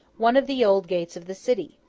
one of the old gates of the city.